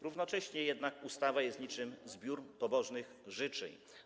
Równocześnie jednak ustawa jest niczym zbiór pobożnych życzeń.